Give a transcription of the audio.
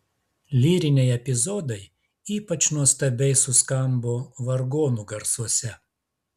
lyriniai epizodai ypač nuostabiai suskambo vargonų garsuose